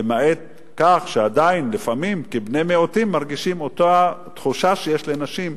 למעט כך שעדיין לפעמים כבני-מיעוטים מרגישים אותה תחושה שיש לנשים,